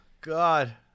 God